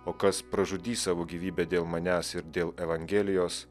o kas pražudys savo gyvybę dėl manęs ir dėl evangelijos